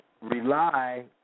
rely